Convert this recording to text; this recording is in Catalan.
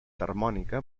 harmònica